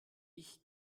ich